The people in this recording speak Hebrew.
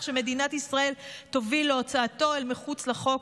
שמדינת ישראל תוביל להוצאתו אל מחוץ לחוק,